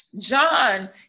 John